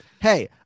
hey